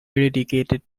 eradicated